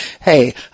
Hey